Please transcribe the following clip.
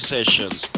Sessions